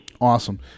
Awesome